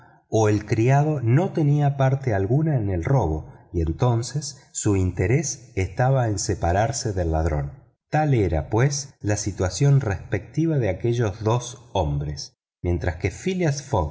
o el criado no tenía parte alguna en el robo y entoces su interés estaba en separarse del ladrón tal era pues la situación respectiva de aquellos dos hombres mientras que phileas